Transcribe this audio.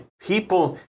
People